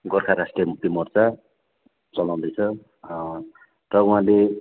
गोर्खा राष्टिय मुक्ति मोर्चा चलाउँदैछ र उहाँले